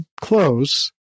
close